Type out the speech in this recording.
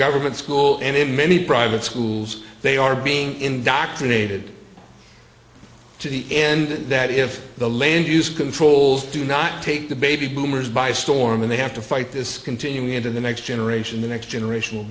government school and in many private schools they are being indoctrinated to the end that if the land use controls do not take the baby boomers by storm and they have to fight this continuing into the next generation the next generation will